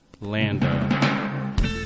lando